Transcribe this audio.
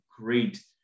great